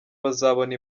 bazabona